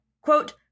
Quote